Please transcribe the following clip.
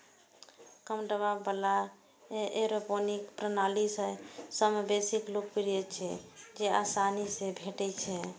कम दबाव बला एयरोपोनिक प्रणाली सबसं बेसी लोकप्रिय छै, जेआसानी सं भेटै छै